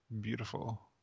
beautiful